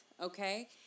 okay